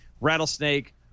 rattlesnake